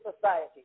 society